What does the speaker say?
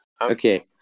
Okay